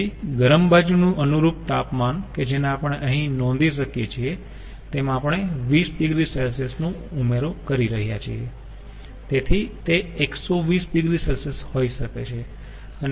તેથી ગરમ બાજુનું અનુરૂપ તાપમાન કે જેને આપણે અહીં નોંધી શકીએ છીએ કે તેમાં આપણે 20 oC નો ઉમેરો કરી રહ્યા છીએ તેથી તે 120 oC હોઈ શકે છે